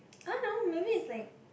I don't know maybe it's like